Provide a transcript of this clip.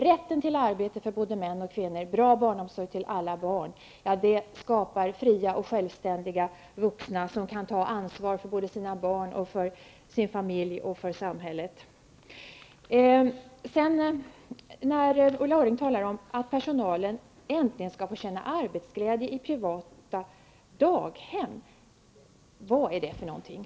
Rätten till arbete för både män och kvinnor och bra barnomsorg till alla barn skapar fria och självständiga vuxna som kan ta ansvar både för sina barn, sin familj, och för samhället. Ulla Orring säger att personalen äntligen skall få känna arbetsglädje i privata daghem. Vad är det för någonting?